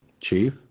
Chief